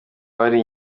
abari